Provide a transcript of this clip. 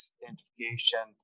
identification